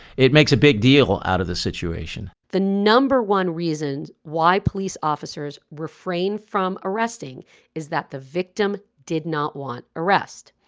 it makes a big deal out of the situation the number one reason why police officers refrained from arresting is that the victim did not want arrest.